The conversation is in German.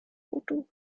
foto